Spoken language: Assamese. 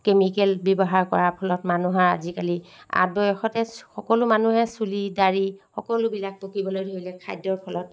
কেমিকেল ব্যৱহাৰ কৰাৰ ফলত মানুহৰ আজিকালি আদবয়সতে সকলো মানুহে চুলি দাড়ি সকলোবিলাক পকিবলৈ ধৰিলে খাদ্যৰ ফলত